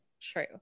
true